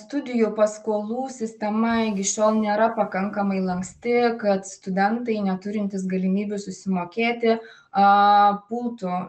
studijų paskolų sistema iki šiol nėra pakankamai lanksti kad studentai neturintys galimybių susimokėti pultų